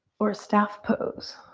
or staff pose.